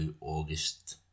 August